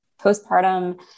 postpartum